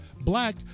black